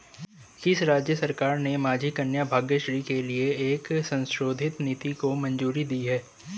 किस राज्य सरकार ने माझी कन्या भाग्यश्री के लिए एक संशोधित नीति को मंजूरी दी है?